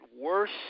worse